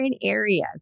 areas